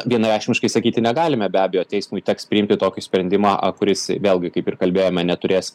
vienareikšmiškai sakyti negalime be abejo teismui teks priimti tokį sprendimą kuris vėlgi kaip ir kalbėjome neturės